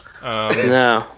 No